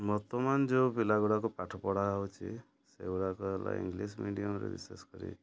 ବର୍ତ୍ତମାନ ଯେଉଁ ପିଲା ଗୁଡ଼ାକ ପାଠ ପଢ଼ା ହେଉଛି ସେଗୁଡ଼ାକ ହେଲା ଇଂଲିଶ ମିଡ଼ିଅମ୍ରେ ବିଶେଷ କରି